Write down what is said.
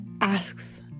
asks